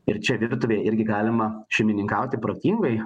ir čia virtuvėj irgi galima šeimininkauti protingai